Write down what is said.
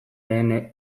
lehen